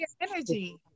energy